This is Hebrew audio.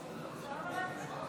הכנסת.